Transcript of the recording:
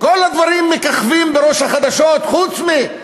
כל הדברים מככבים בראש החדשות, חוץ מזה